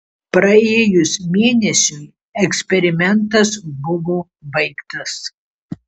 praėjus mėnesiui eksperimentas buvo baigtas